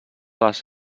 les